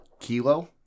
Kilo